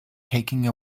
taking